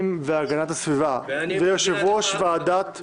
והגנת הסביבה ויושב-ראש ועדת החוקה,